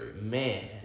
Man